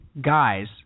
guys